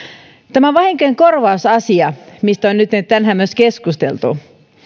tämä vahinkojen korvausasia mistä on nytten tänään myös keskusteltu